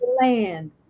land